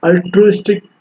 altruistic